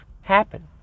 happen